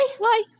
bye